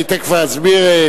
אני תיכף אסביר.